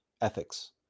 ethics